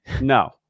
No